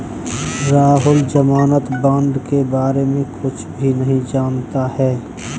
राहुल ज़मानत बॉण्ड के बारे में कुछ भी नहीं जानता है